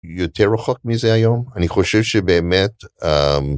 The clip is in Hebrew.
יותר רחוק מזה היום אני חושב שבאמת.